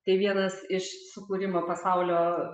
tai vienas iš sukūrimo pasaulio